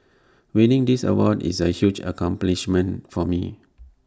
winning this award is A huge accomplishment for me